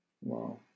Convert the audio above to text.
Wow